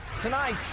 Tonight